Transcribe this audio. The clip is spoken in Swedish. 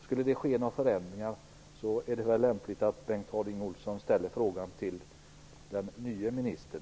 Skulle det ske några förändringar är det väl lämpligt att Bengt Harding Olson ställer den frågan till den nye ministern.